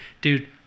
Dude